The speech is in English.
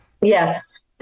Yes